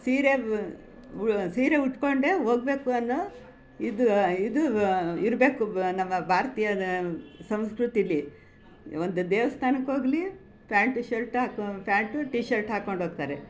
ಸೀರೆ ಉ ಸೀರೆ ಉಟ್ಕೊಂಡೇ ಹೋಗ್ಬೇಕು ಅನ್ನೋ ಇದು ಇದು ಇರಬೇಕು ನಮ್ಮ ಭಾರತೀಯ ಸಂಸ್ಕೃತೀಲಿ ಒಂದು ದೇವಸ್ಥಾನಕ್ಕೆ ಹೋಗ್ಲಿ ಪ್ಯಾಂಟ್ ಶರ್ಟ್ ಹಾಕೋ ಪ್ಯಾಂಟು ಟೀ ಶರ್ಟ್ ಹಾಕ್ಕೊಂಡು ಹೋಗ್ತಾರೆ